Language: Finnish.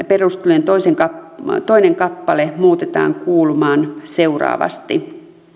perustelujen toinen kappale muutetaan kuulumaan seuraavasti